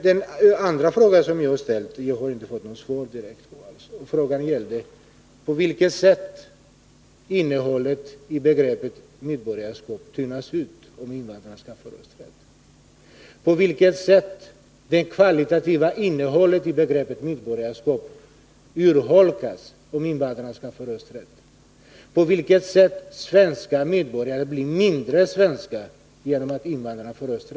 Den andra frågan som jag har ställt och inte fått något direkt svar på var: På vilket sätt tunnas innehållet i begreppet medborgarskap ut, om invandrarna får rösträtt i riksdagsval? På vilket sätt urholkas det kvalitativa innehållet i begreppet medborgarskap, om invandrarna får rösträtt? På vilket sätt blir svenska medborgare mindre svenska genom att invandrarna får rösträtt?